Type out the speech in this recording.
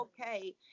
okay